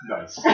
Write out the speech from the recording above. Nice